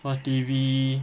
watch T_V